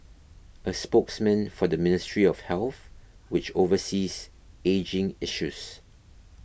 a spokesman for the Ministry of Health which oversees ageing issues